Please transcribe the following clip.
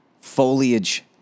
foliage